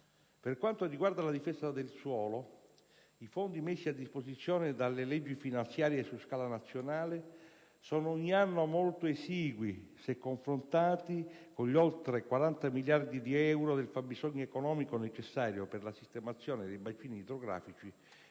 Per quanto riguarda la difesa del suolo, i fondi messi a disposizione dalle leggi finanziarie su scala nazionale sono ogni anno molto esigui se confrontati con gli oltre 40 miliardi di euro del fabbisogno economico necessario per la sistemazione dei bacini idrografici